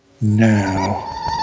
now